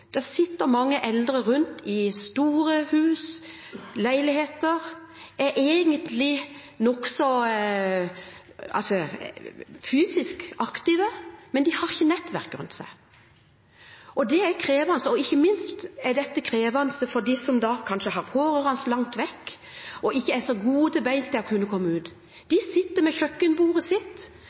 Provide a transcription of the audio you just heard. sitter mange eldre rundt omkring i store hus og leiligheter og egentlig er nokså fysisk aktive, men de har ikke nettverk rundt seg. Det er krevende, og ikke minst er det krevende for dem som har pårørende langt vekk og ikke er så gode til beins at de kan komme seg ut. De sitter ved kjøkkenbordet sitt,